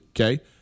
okay